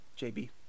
JB